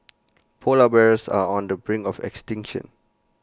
Polar Bears are on the brink of extinction